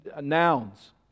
nouns